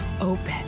Open